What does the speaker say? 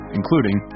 including